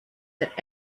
that